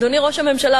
אדוני ראש הממשלה,